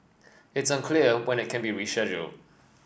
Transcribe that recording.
it's unclear when it can be rescheduled